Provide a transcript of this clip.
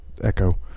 echo